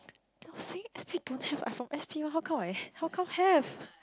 you see S_P don't have I'm from S_P one how come I how come have